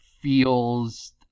feels